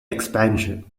expansion